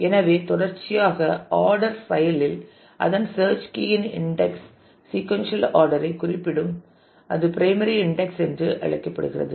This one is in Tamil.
எனவே தொடர்ச்சியாக ஆர்டர்ட் பைல் இல் அதன் சேர்ச் கீ யின் இன்டெக்ஸ் சீக்கொன்சியல் ஆர்டர் ஐ குறிப்பிடும் அது பிரைமரி இன்டெக்ஸ் என்று அழைக்கப்படுகிறது